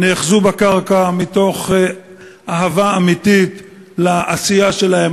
נאחזו בקרקע מתוך אהבה אמיתית לעשייה שלהם,